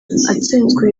atsinzwe